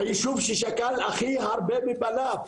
היישוב ששכל הכי הרבה מבניו,